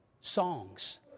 Songs